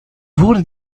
wurde